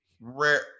Rare